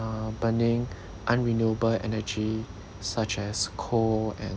uh burning unrenewable energy such as coal and